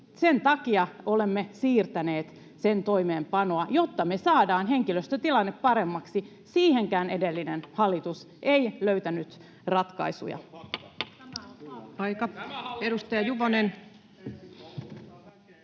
Sen takia olemme siirtäneet sen toimeenpanoa, jotta me saadaan henkilöstötilanne paremmaksi — siihenkään edellinen hallitus ei löytänyt ratkaisuja.